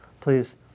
Please